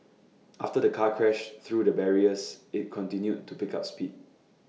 after the car crashed through the barriers IT continued to pick up speed